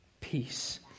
Peace